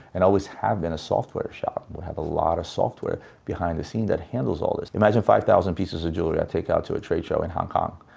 and always have been, a software shop. we have a lot of software behind the scene that handles all this. imagine five thousand pieces of jewelry i take out to a trade show in hong kong.